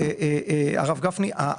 הרב גפני,